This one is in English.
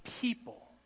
people